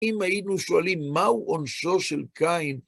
אם היינו שואלים מהו עונשו של קין,